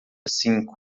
cinco